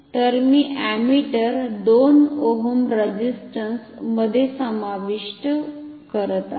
तर मी ammeter 2 ohm resistance मधे समाविष्ट करत आहे